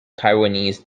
taiwanese